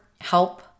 help